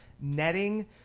netting